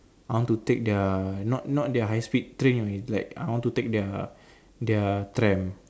I want to take their not not their high speed train you know is like I want to take their their tram